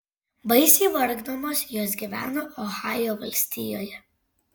baisiai vargdamos jos gyveno ohajo valstijoje